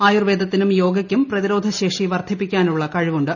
ആയുർപ്പേദത്തിനും യോഗയ്ക്കും പ്രതിരോധശേഷി വർദ്ധിപ്പിക്കാനുള്ള കഴിവുണ്ട്